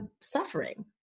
suffering